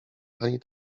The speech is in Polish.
pani